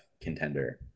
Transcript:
contender